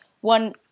one